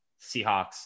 seahawks